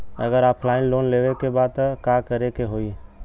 अगर offline loan लेवे के बा त का करे के होयी?